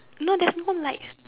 no there's no light